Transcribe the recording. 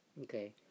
okay